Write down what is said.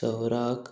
सवराक